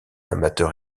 amateur